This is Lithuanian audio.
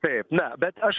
taip ne bet aš